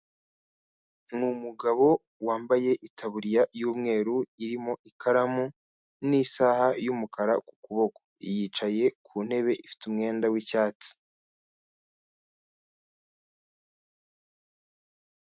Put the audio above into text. Ni umugabo wambaye itaburiya y'umweru irimo ikaramu n'isaha y'umukara ku kuboko, yicaye ku ntebe ifite umwenda w'icyatsi.